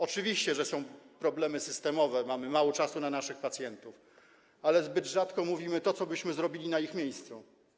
Oczywiście, że są problemy systemowe, mamy mało czasu dla naszych pacjentów, ale zbyt rzadko mówimy to, co byśmy zrobili na ich miejscu.